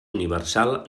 universal